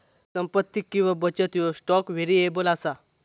संपत्ती किंवा बचत ह्यो स्टॉक व्हेरिएबल असा